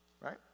right